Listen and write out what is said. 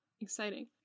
Exciting